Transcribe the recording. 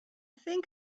think